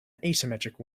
asymmetric